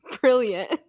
Brilliant